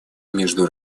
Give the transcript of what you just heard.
между